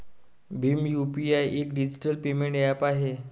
Bhim UPI एक digital payment app आहे